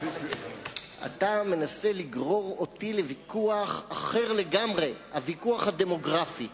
אתה מנסה לגרור אותי לוויכוח אחר לגמרי הוויכוח הדמוגרפי.